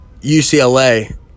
ucla